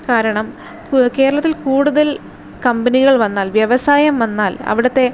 കാരണം കേരളത്തിൽ കൂടുതൽ കമ്പനികൾ വന്നാൽ വ്യവസായം വന്നാൽ അവിടത്തെ